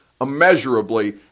immeasurably